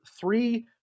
three